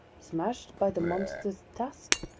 smashed by the monster's tusk!